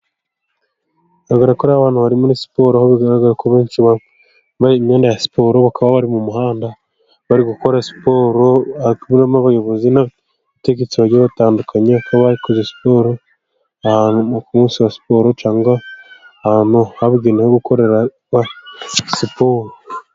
Bigaragara ko ari abana bari muri siporo, aho bigaragara ko benshi bambaye imyenda ya siporo. Bakaba bari mu muhanda bari gukora siporo. Hakaba harimo abayobozi n'abategetsi bagiye batandukanye kuba bakoze siporo. Aha ni ku munsi wa siporo cyangwa ahantu habugenewe ho gukorera siporo.